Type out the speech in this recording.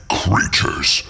creatures